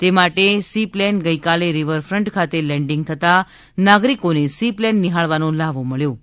તે માટે seaplane ગઇકાલે રિવરફન્ટ ખાતે લેન્ડિંગ થતાં નાગરિકોને સી પ્લેન નિફાળવાનો લ્હાવો મળ્યો હતો